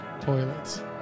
Toilets